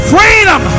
Freedom